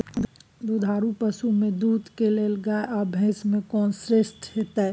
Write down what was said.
दुधारू पसु में दूध के लेल गाय आ भैंस में कोन श्रेष्ठ होयत?